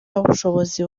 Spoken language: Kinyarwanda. n’ubushobozi